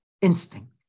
instinct